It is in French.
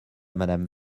madame